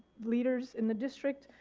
leaders in the district.